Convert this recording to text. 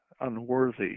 unworthy